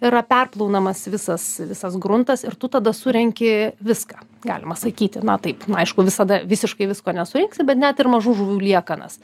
yra perplaunamas visas visas gruntas ir tu tada surenki viską galima sakyti na taip nu aišku visada visiškai visko nesurinksi bet net ir mažų žuvų liekanas